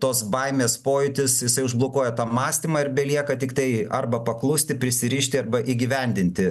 tos baimės pojūtis jisai užblokuoja tą mąstymą ir belieka tiktai arba paklusti prisirišti arba įgyvendinti